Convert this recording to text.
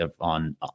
on